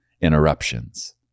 interruptions